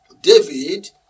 David